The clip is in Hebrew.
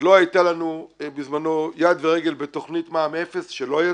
לא הייתה לנו בזמנו יד ורגל בתוכנית מע"מ אפס שלא יצאה.